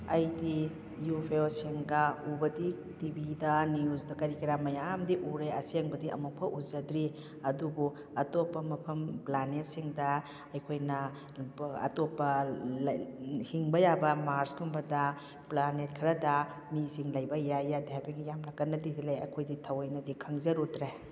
ꯑꯩꯗꯤ ꯌꯨꯐꯣꯁꯤꯡꯒ ꯎꯕꯗꯤ ꯇꯤꯚꯤꯗ ꯅ꯭ꯌꯨꯁꯇ ꯀꯔꯤ ꯀꯔꯥ ꯃꯌꯥꯝꯗꯤ ꯎꯔꯦ ꯑꯁꯦꯡꯕꯗꯤ ꯑꯃꯨꯛꯐꯥꯎ ꯎꯖꯗ꯭ꯔꯤ ꯑꯗꯨꯕꯨ ꯑꯇꯣꯞꯄ ꯃꯐꯝ ꯄ꯭ꯂꯥꯅꯦꯠꯁꯤꯡꯗ ꯑꯩꯈꯣꯏꯅ ꯑꯇꯣꯞꯄ ꯍꯤꯡꯕ ꯌꯥꯕ ꯃꯥꯔꯁꯀꯨꯝꯕꯗ ꯄ꯭ꯂꯥꯅꯦꯠ ꯈꯔꯗ ꯃꯤꯁꯤꯡ ꯂꯩꯕ ꯌꯥꯏ ꯌꯥꯗꯦ ꯍꯥꯏꯕꯒꯤ ꯌꯥꯝꯅ ꯀꯟꯅ ꯊꯤꯒꯠꯂꯤ ꯑꯩꯈꯣꯏꯗꯤ ꯊꯑꯣꯏꯅꯗꯤ ꯈꯪꯖꯔꯨꯗ꯭ꯔꯦ